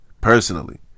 Personally